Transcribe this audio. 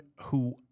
who-